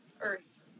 earth